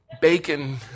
bacon